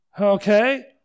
okay